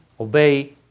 obey